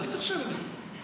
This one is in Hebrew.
אני צריך לשלם את זה.